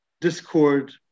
discord